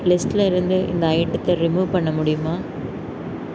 லிஸ்ட்டில் இருந்து இந்த ஐட்டத்தை ரிமூவ் பண்ண முடியுமா